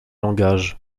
langages